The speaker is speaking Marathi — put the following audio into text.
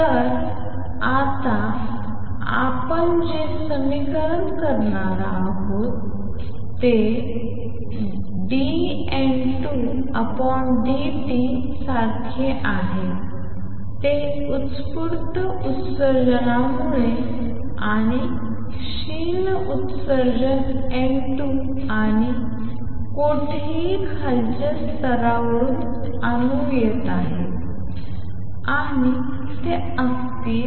तर आता आपण जे समीकरण करणार आहोत ते dN2dt सारखे आहेत ते उत्स्फूर्त उत्सर्जनामुळे आणि क्षीण उत्सर्जन N2 आणि कुठेही खालच्या स्तरावरून अणू येत आहेत आणि ते uTN1B12 असतील